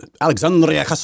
Alexandria